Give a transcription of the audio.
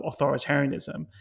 authoritarianism